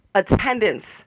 attendance